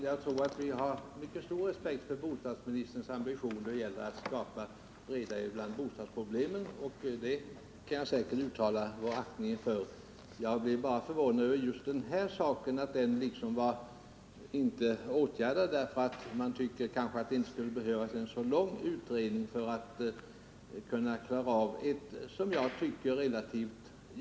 Herr talman! Vi har mycket stor respekt för bostadsministerns ambitioner när det gäller att skapa reda i bostadsproblemen, och jag kan uttala vår aktning för det arbetet. Jag blev bara förvånad över att den här saken inte åtgärdats, ty jag tycker inte att det skulle behövas en så lång utredning för att åstadkomma ett resultat härvidlag.